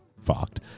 fucked